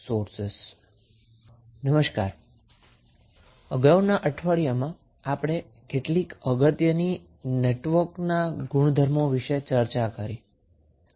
નમસ્કાર તો અગાઉના અઠવાડિયામાં આપણે નેટવર્ક ના કેટલાક અગત્યના ગુણધર્મ વિષે ચર્ચા કરી